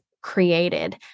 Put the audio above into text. created